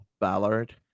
Ballard